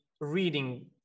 reading